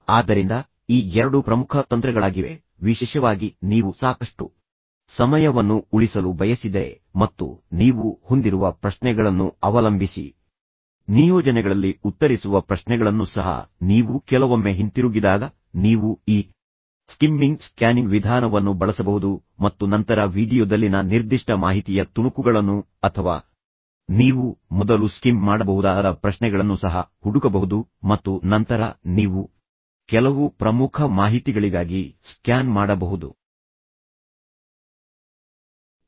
ಆದ್ದರಿಂದ ಈ ಎರಡು ಪ್ರಮುಖ ತಂತ್ರಗಳಾಗಿವೆ ವಿಶೇಷವಾಗಿ ನೀವು ಸಾಕಷ್ಟು ಸಮಯವನ್ನು ಉಳಿಸಲು ಬಯಸಿದರೆ ಮತ್ತು ನೀವು ಹೊಂದಿರುವ ಪ್ರಶ್ನೆಗಳನ್ನು ಅವಲಂಬಿಸಿ ನಿಯೋಜನೆಗಳಲ್ಲಿ ಉತ್ತರಿಸುವ ಪ್ರಶ್ನೆಗಳನ್ನು ಸಹ ನೀವು ಕೆಲವೊಮ್ಮೆ ಹಿಂತಿರುಗಿದಾಗ ನೀವು ಈ ಸ್ಕಿಮ್ಮಿಂಗ್ ಸ್ಕ್ಯಾನಿಂಗ್ ವಿಧಾನವನ್ನು ಬಳಸಬಹುದು ಮತ್ತು ನಂತರ ವೀಡಿಯೊದಲ್ಲಿನ ನಿರ್ದಿಷ್ಟ ಮಾಹಿತಿಯ ತುಣುಕುಗಳನ್ನು ಅಥವಾ ನೀವು ಮೊದಲು ಸ್ಕಿಮ್ ಮಾಡಬಹುದಾದ ಪ್ರಶ್ನೆಗಳನ್ನು ಸಹ ಹುಡುಕಬಹುದು ಮತ್ತು ನಂತರ ನೀವು ಕೆಲವು ಪ್ರಮುಖ ಮಾಹಿತಿಗಳಿಗಾಗಿ ಸ್ಕ್ಯಾನ್ ಮಾಡಬಹುದು ಅಲ್ಲಿ ನೀವು ಈ ಉದ್ಧರಣದ ಲೇಖಕರು ಯಾರೆಂಬಂತಹ ಪ್ರಶ್ನೆಗಳಿಗಾಗಿ ನೋಡಬೇಕು ನಾಲ್ಕು ಹೆಸರುಗಳನ್ನು ನೀಡಲಾಗಿದೆ